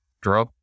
draw